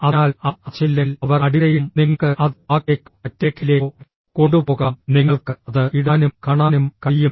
അതിനാൽ അവർ അത് ചെയ്തില്ലെങ്കിൽ അവർ അടിവരയിടും നിങ്ങൾക്ക് അത് വാക്കിലേക്കോ മറ്റ് രേഖയിലേക്കോ കൊണ്ടുപോകാം നിങ്ങൾക്ക് അത് ഇടാനും കാണാനും കഴിയും